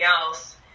else